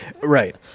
Right